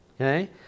Okay